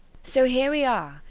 so here we are,